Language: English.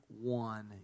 one